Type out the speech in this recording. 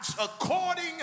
according